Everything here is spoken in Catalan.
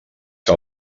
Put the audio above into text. que